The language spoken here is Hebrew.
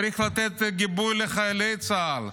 צריך לתת גיבוי לחיילי צה"ל.